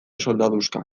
soldaduska